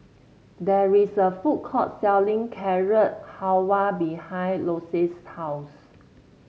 there is a food court selling Carrot Halwa behind Lacey's house